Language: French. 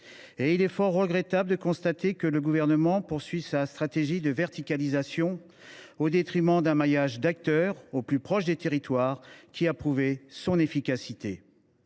… Il est fort regrettable de constater que le Gouvernement poursuit sa stratégie de verticalisation, au détriment d’un maillage d’acteurs au plus proche des territoires qui a prouvé son efficacité.